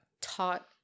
taught